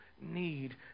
need